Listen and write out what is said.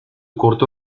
corto